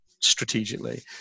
strategically